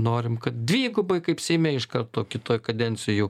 norim kad dvigubai kaip seime iš karto kitoj kadencijoj jau